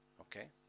okay